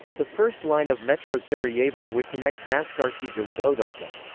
the first line of metro sarajevo would connect bascarsija with otoka.